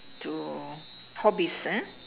to hobbies ah